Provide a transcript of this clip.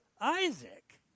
Isaac